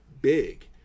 big